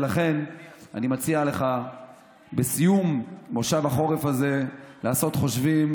ולכן אני מציע לך בסיום מושב החורף הזה לעשות חושבים,